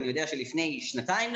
אני יודע שלפני שנתיים,